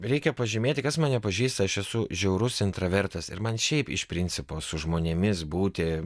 reikia pažymėti kas mane pažįsta aš esu žiaurus intravertas ir man šiaip iš principo su žmonėmis būti